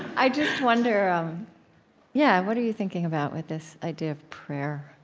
i just wonder um yeah what are you thinking about with this idea of prayer,